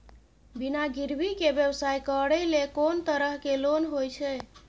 बिना गिरवी के व्यवसाय करै ले कोन तरह के लोन होए छै?